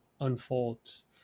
unfolds